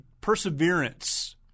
perseverance